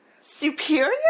Superior